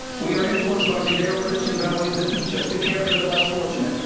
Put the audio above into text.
we are influenced by judeo-christian values that teach us to care for the less fortunate,